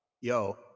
yo